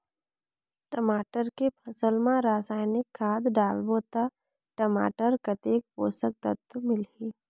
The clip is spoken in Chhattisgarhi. टमाटर के फसल मा रसायनिक खाद डालबो ता टमाटर कतेक पोषक तत्व मिलही?